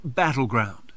battleground